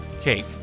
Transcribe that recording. cake